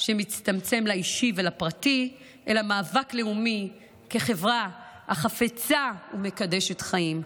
שמצטמצם לאישי ולפרטי אלא מאבק לאומי כחברה החפצה ומקדשת חיים.